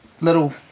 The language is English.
little